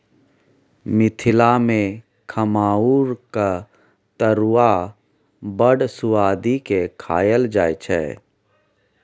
मिथिला मे खमहाउरक तरुआ बड़ सुआदि केँ खाएल जाइ छै